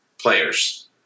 players